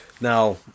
Now